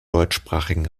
deutschsprachigen